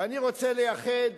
ואני רוצה לייחד